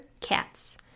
CATS